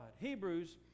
Hebrews